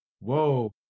Whoa